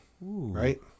Right